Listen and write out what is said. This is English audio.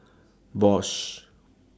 Bosch